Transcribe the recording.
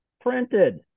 printed